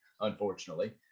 unfortunately